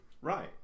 Right